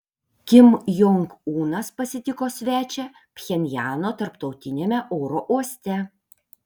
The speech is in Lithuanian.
kim jong unas pasitiko svečią pchenjano tarptautiniame oro uoste